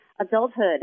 adulthood